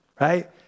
Right